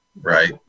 right